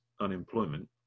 unemployment